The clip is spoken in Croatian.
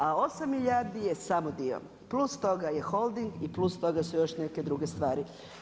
A 8 milijardi samo dio plus toga je Holding i plus toga su još neke druge stvari.